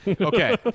Okay